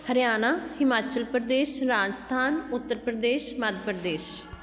Haryana Himachal Pradesh Rajasthan Uttar Pradesh Madhya Pradesh